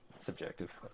Subjective